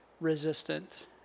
resistant